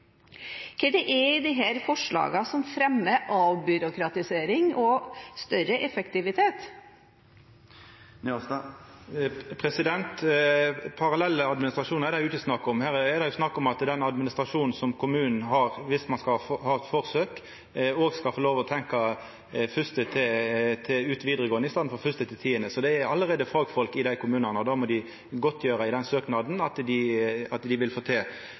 Hva er det i disse forslagene som fremmer avbyråkratisering og større effektivitet? Parallelle administrasjonar er det jo ikkje snakk om. Her er det snakk om at den administrasjonen som kommunen har, dersom ein skal ha eit forsøk, òg skal få lov til å tenkja 1. klasse og ut vidaregåande i staden for 1.–10. klasse. Det er allereie fagfolk i dei kommunane, og då må dei godtgjera i søknaden at dei vil få det til.